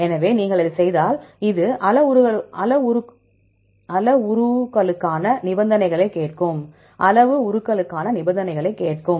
எனவே நீங்கள் இதைச் செய்தால் அது அளவுருக்களுக்கான நிபந்தனைகளைக் கேட்கும்